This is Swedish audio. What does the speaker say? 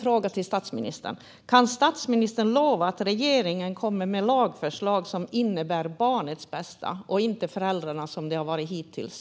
Kan statsministern lova att regeringen kommer att komma med lagförslag som innebär att det är barnets bästa som ska gälla och inte föräldrarnas, som det har varit hittills?